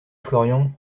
florian